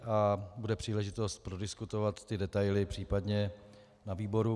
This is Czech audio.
A bude příležitost prodiskutovat ty detaily případně na výboru.